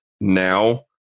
now